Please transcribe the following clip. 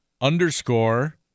underscore